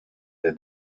that